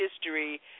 history